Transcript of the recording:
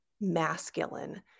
masculine